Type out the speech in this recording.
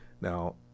Now